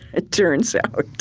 it turns out.